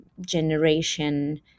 generation